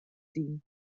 ziehen